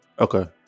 okay